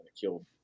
killed